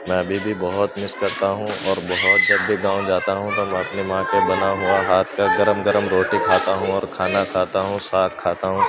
میں ابھی بھی بہت مس کرتا ہوں اور بہت جب بھی گاؤں جاتا ہوں تو اپنی ماں کے بنا ہوا ہاتھ کا گرم گرم روٹی کھاتا ہوں اور کھانا کھاتا ہوں ساگ کھاتا ہوں